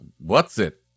what's-it